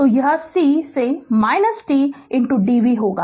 तो यह c से t v dv होगा